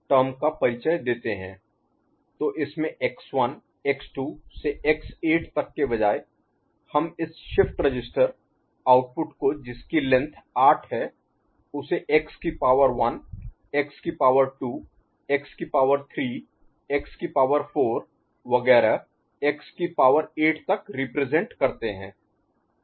तो इसमें x1 x2 से x8 तक के बजाय हम इस शिफ्ट रजिस्टर आउटपुट को जिसकी लेंथ आठ है उसे x की पावर 1 x की पावर 2 x की पावर 3 x की पावर 4 वगैरह x की पावर 8 तक रिप्रेजेंट करते हैं